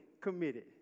committed